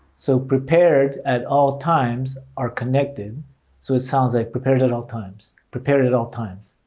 so prepared at all times are connected so it sounds like prepared at all times, prepared at all times.